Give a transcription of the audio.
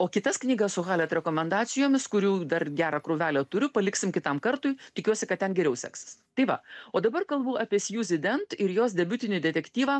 o kitas knygas su halet rekomendacijomis kurių dar gerą krūvelę turiu paliksim kitam kartui tikiuosi kad ten geriau seksis tai va o dabar kalbu apie sjuzy dent ir jos debiutinį detektyvą